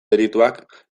delituak